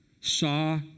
saw